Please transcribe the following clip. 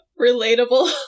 Relatable